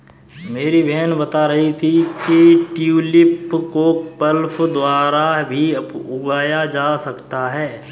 मेरी बहन बता रही थी कि ट्यूलिप को बल्ब द्वारा भी उगाया जा सकता है